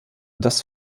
das